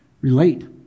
relate